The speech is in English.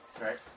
Right